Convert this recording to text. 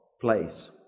place